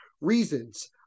reasons